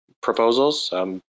proposals